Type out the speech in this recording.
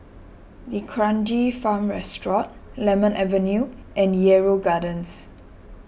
D'Kranji Farm Resort Lemon Avenue and Yarrow Gardens